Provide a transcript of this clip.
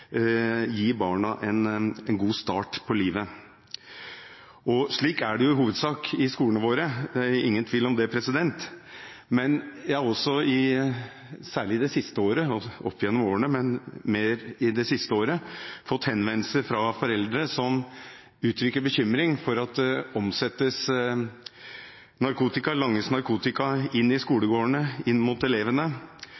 gi barna en god start på livet. Slik er det i hovedsak i skolene våre, det er ingen tvil om det, men jeg har opp gjennom årene og særlig det siste året fått henvendelser fra foreldre som uttrykker bekymring over at det omsettes, langes, narkotika i